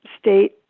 State